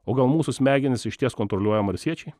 o gal mūsų smegenis išties kontroliuoja marsiečiai